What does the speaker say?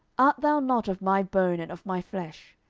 art thou not of my bone, and of my flesh?